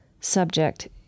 subject